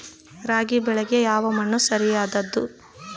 ರಾಗಿ ಬೆಳೆಯಲು ಯಾವ ಮಣ್ಣು ಸರಿಯಾದದ್ದು?